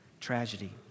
tragedy